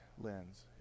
lens